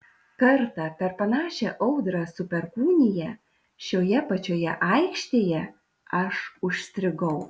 kartą per panašią audrą su perkūnija šioje pačioje aikštėje aš užstrigau